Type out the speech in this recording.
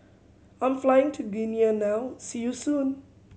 I'm flying to Guinea now see you soon